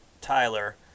Tyler